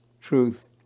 Truth